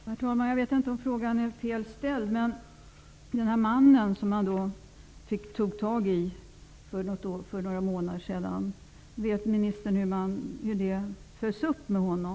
Herr talman! Frågan är kanske felaktigt ställd. Men vet ministern hur man följer upp ärendet med den man som man fick tag i för några månader sedan?